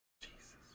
Jesus